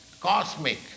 cosmic